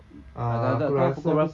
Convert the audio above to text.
ah aku rasa